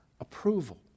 approval